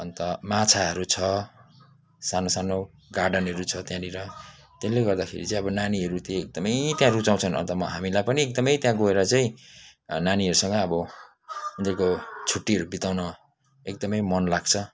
अन्त माछाहरू छ सानो सानो गार्डनहरू छ त्यहाँनिर त्यसले गर्दाखेरि चाहिँ नानीहरू चाहिँ त्यहाँ एकदमै रुचाउँछन् हामीलाई पनि एकदमै त्यहाँ गएर चाहिँ नानीहरूसँग अब उनीहरूको छुट्टीहरू बिताउन एकदमै मन लाग्छ